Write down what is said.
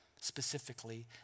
specifically